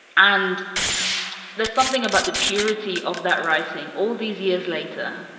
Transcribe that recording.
and there's something about the purity of that writing all these years later.